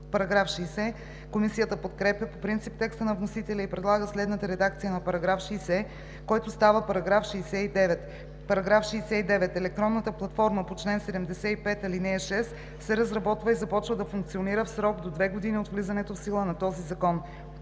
става § 68. Комисията подкрепя по принцип текста на вносителя и предлага следната редакция на § 60, който става § 69: „§ 69. Електронната платформа по чл. 75, ал. 6 се разработва и започва да функционира в срок до две години от влизането в сила на този закон.“